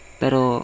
pero